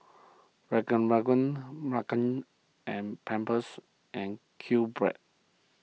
Kanken and Pampers and Qbread